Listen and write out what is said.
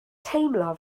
teimlo